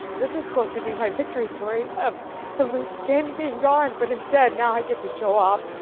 this was supposed to be my victory story of the loose skin being gone. but instead now i get to show off.